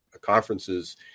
conferences